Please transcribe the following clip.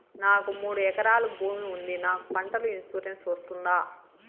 నాకు మూడు ఎకరాలు భూమి ఉంది నాకు పంటల ఇన్సూరెన్సు వస్తుందా?